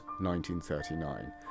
1939